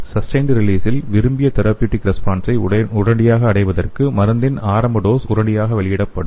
sustained ரிலீஸில் விரும்பிய therapeutic ரெஸ்பான்சை உடனடியாக அடைவதற்கு மருந்தின் ஆரம்ப டோஸ் உடனடியாக வெளியிடப்படும்